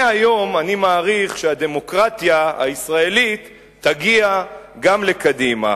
מהיום אני מעריך שהדמוקרטיה הישראלית תגיע גם לקדימה.